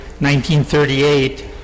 1938